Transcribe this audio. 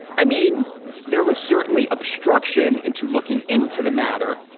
i mean there was certainly obstruction into looking into the matter.